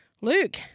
Luke